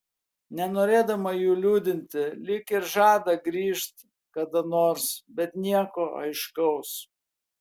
nenorėdama jų liūdinti lyg ir žada grįžt kada nors bet nieko aiškaus